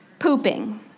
pooping